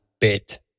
bit